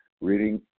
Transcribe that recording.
Reading